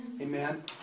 Amen